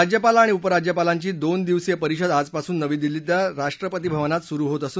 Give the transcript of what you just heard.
राज्यपाल आणि उपराज्यपालांची दोन दिवसीय परिषद आजपासून नवी दिल्लीतल्या राष्ट्रपती भवन इथं सुरू होत आहे